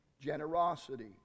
generosity